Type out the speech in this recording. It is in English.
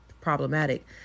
problematic